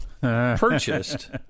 purchased